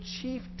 chief